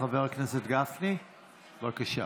חבר הכנסת גפני, בבקשה.